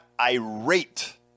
irate